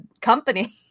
company